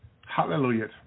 Hallelujah